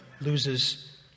loses